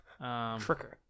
Tricker